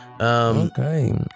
Okay